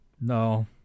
No